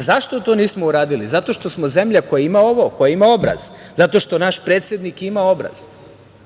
zašto to nismo uradili? Zato što smo zemlja koja ima ovo, koja ima obraz, zato što naš predsednik ima obraz.